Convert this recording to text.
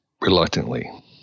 reluctantly